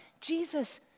Jesus